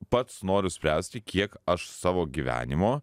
pats noriu spręsti kiek aš savo gyvenimo